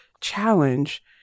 challenge